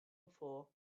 before